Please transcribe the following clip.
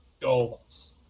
goals